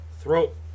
throat